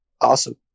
awesome